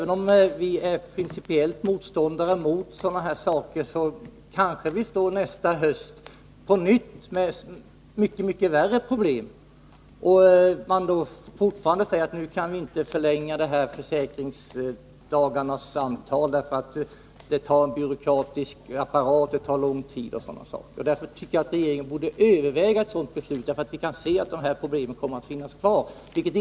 Nästa höst kanske vi på nytt står där, med mycket värre problem, och fortfarande säger man att man inte kan förlänga försäkringstiden, därför att det är en byråkratisk apparat som tar lång tid. Därför tycker jag att regeringen borde överväga ett sådant beslut, även om den principiellt är motståndare mot sådant.